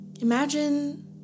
Imagine